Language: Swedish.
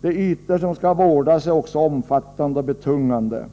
De ytor som skall vårdas är också omfattande och arbetet därför betungande.